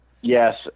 Yes